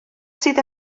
sydd